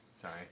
sorry